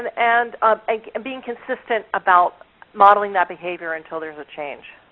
and and um and being consistent about modeling that behavior until there's a change.